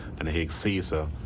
and haig caesar